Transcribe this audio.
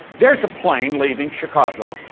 there's a plane leaving chicago,